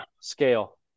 scale